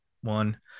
one